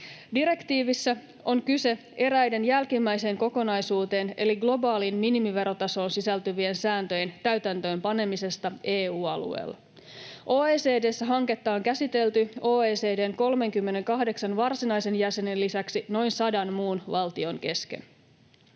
Direktiivissä on kyse eräiden jälkimmäiseen kokonaisuuteen eli globaaliin minimiverotasoon sisältyvien sääntöjen täytäntöönpanemisesta EU-alueella. OECD:ssä hanketta on käsitelty OECD:n 38 varsinaisen jäsenen lisäksi noin sadan muun valtion kesken.